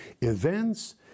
events